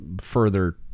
further